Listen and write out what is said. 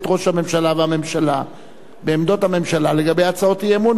ראש הממשלה ואת הממשלה בעמדות הממשלה לגבי הצעות אי-אמון,